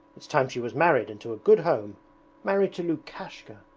it's time she was married and to a good home married to lukashka